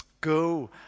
Go